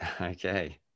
Okay